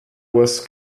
was